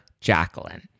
Jacqueline